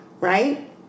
right